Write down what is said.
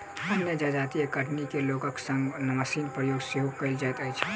अन्य जजाति कटनी मे लोकक संग मशीनक प्रयोग सेहो कयल जाइत अछि